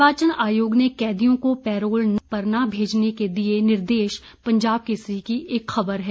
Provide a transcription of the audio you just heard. निर्वाचन आयोग ने कैदियों को पैराल पर न भेजने के दिये निर्देश पंजाब केसरी की एक खबर है